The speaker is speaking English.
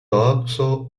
also